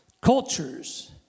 cultures